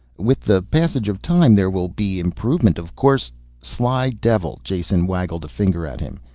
with the passage of time there will be improvement of course sly devil! jason waggled a finger at him.